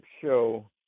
show